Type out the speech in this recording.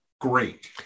great